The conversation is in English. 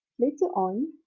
later on,